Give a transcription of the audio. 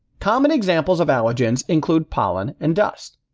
common examples of allergens include pollen and dust.